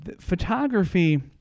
photography